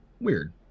Weird